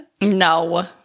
No